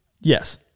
Yes